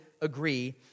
agree